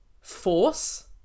force